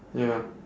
ya